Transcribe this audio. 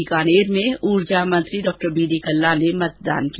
बीकानेर में ऊर्जा मंत्री डॉक्टर बी डी कल्ला ने मतदान किया